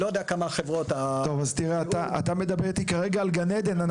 אתה מדבר איתי כרגע על גן עדן.